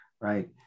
Right